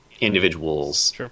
individuals